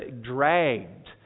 dragged